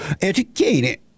Educated